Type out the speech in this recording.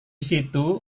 situ